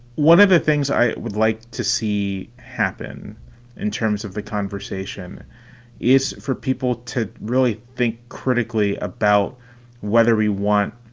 one of the things i would like to see happen in terms of the conversation is for people to really think critically about whether we want